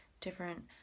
different